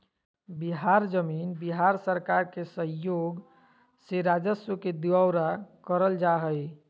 बिहार जमीन बिहार सरकार के सहइोग से राजस्व के दुऔरा करल जा हइ